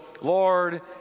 lord